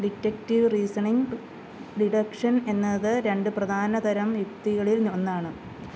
deductive reasoning deduction എന്നത് രണ്ട് പ്രധാന തരം യുക്തികളില് ഒന്നാണ്